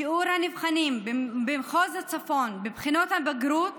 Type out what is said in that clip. שיעור הנבחנים במחוז צפון בבחינות הבגרות